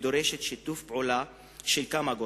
והיא דורשת שיתוף פעולה של כמה גורמים,